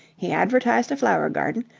he advertised a flower garden,